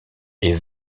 est